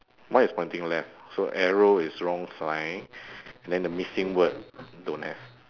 mine is pointing left so arrow is wrong sign and then the missing word don't have